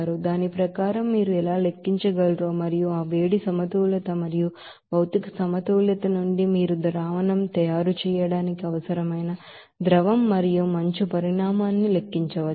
దీని ప్రకారం మీరు ఎలా లెక్కించగలరో మరియు ఆ ಹೀಟ್ ಬ್ಯಾಲೆನ್ಸ್ మరియు ಮೆಟೀರಿಯಲ್ ಬ್ಯಾಲೆನ್ಸ್ భౌతిక సమతుల్యత నుండి మీరు ಸೊಲ್ಯೂಷನ್ తయారు చేయడానికి అవసరమైన ಲಿಕ್ವಿಡ್ మరియు ಐಸ್ పరిమాణాన్ని లెక్కించవచ్చు